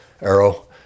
arrow